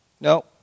No